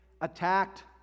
attacked